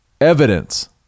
evidence